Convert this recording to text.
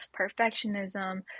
perfectionism